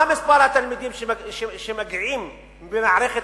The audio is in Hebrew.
מה מספר התלמידים שמגיעים במערכת